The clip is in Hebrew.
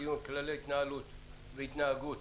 בעניין התנהלות והתנהגות.